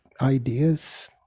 ideas